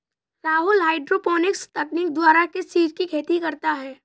Rahul hydroponics तकनीक द्वारा किस चीज की खेती करता है?